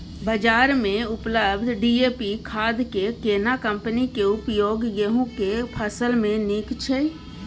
बाजार में उपलब्ध डी.ए.पी खाद के केना कम्पनी के उपयोग गेहूं के फसल में नीक छैय?